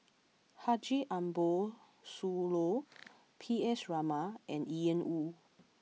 Haji Ambo Sooloh P S Raman and Ian Woo